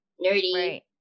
nerdy